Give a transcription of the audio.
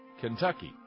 Kentucky